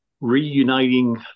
reuniting